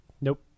Nope